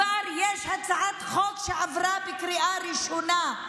יש כבר הצעת חוק, שעברה בקריאה הראשונה.